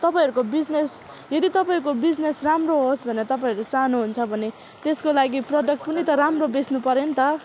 तपाईँहरूको बिजनेस यदि तपाईँहरूको बिजनेस राम्रो होस् भनेर तपाईँहरू चाहनुहुन्छ भने त्यसको लागि प्रोडक्ट पनि त राम्रो बेच्नु पऱ्यो नि त